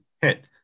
hit